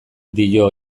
dio